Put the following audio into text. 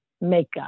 makeup